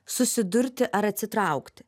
susidurti ar atsitraukti